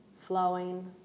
flowing